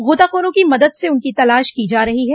गोताखोरों की मदद से उनकी तलाश की जा रही है